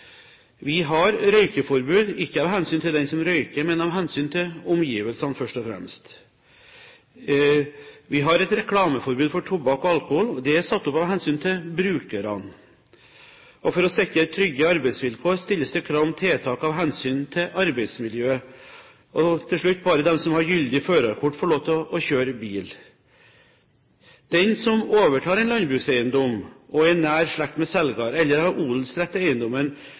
Vi har røykeforbud, ikke av hensyn til den som røyker, men først og fremst av hensyn til omgivelsene. Vi har et reklameforbud mot tobakk og alkohol, og det er satt opp av hensyn til brukerne. For å sikre trygge arbeidsvilkår stilles det krav om tiltak av hensyn til arbeidsmiljøet. Til slutt: Bare de som har gyldig førerkort, får lov til å kjøre bil. Den som overtar en landbrukseiendom og er i nær slekt med selger, eller har odelsrett til eiendommen,